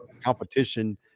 competition